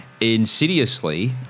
Insidiously